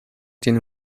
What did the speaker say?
tiene